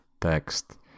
text